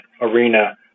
arena